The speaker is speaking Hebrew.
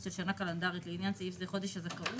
של שנה קלנדרית (לעניין סעיף זה-חודש הזכאות),